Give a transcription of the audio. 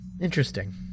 Interesting